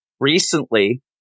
Recently